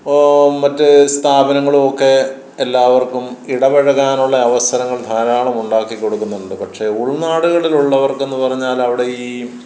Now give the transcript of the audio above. ഇപ്പോൾ മറ്റ് സ്ഥാപനങ്ങളുമൊക്കെ എല്ലാവർക്കും ഇടപഴകാനുള്ള അവസരങ്ങൾ ധാരാളമുണ്ടാക്കി കൊടുക്കുന്നുണ്ട് പക്ഷേ ഉൾനാടുകളിലുള്ളവർക്കെന്നു പറഞ്ഞാലവിടെ ഈ